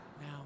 now